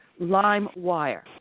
LimeWire